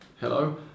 Hello